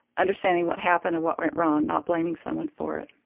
understanding what happened and what went wrong, not blaming someone for it.